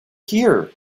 here